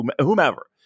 whomever